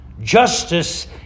justice